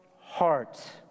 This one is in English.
heart